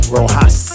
Rojas